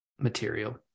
material